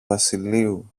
βασιλείου